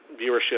viewership